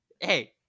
Hey